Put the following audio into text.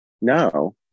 No